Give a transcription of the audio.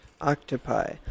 octopi